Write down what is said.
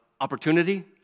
opportunity